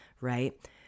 right